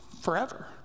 forever